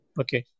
okay